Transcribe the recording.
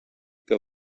que